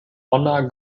honor